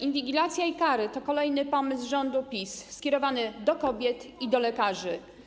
Inwigilacja i kary to kolejny pomysł rządu PiS skierowany do kobiet i do lekarzy.